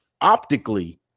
optically